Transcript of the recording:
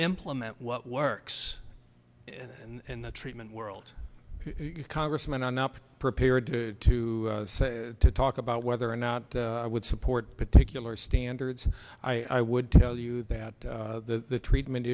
implement what works and the treatment world congressman are not prepared to say to talk about whether or not i would support particular standards i would tell you that the treatment